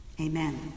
Amen